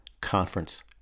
conference